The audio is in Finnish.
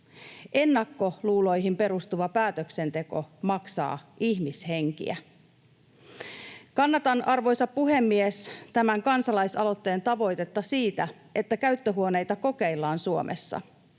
Ennakkoluuloihin perustuva päätöksenteko maksaa ihmishenkiä. Kannatan, arvoisa puhemies, tämän kansalaisaloitteen tavoitetta siitä, että käyttöhuoneita kokeillaan Suomessa.